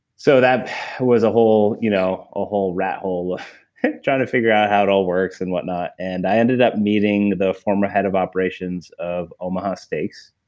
so that was a whole you know ah whole rat hole of trying to figure out how it all works and whatnot. and i ended up meeting the former head of operations of omaha steaks,